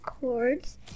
cords